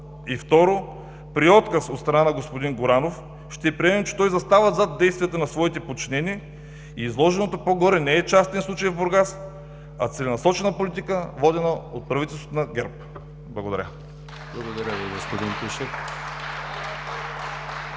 съда. 2. При отказ от страна на господин Горанов, ще приемем, че той застава зад действията на своите подчинени и изложеното по-горе не е частен случай в Бургас, а целенасочена политика, водена от правителството на ГЕРБ. Благодаря. (Ръкопляскания